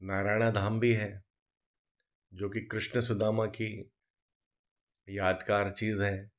नारायणा धाम भी है जो कि कृष्ण सुदामा की यादगार चीज है